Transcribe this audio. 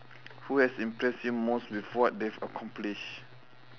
who has impressed you most with what they've accomplished